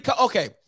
okay